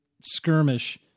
skirmish